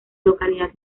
localidad